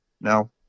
No